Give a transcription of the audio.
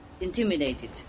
intimidated